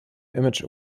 image